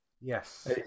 Yes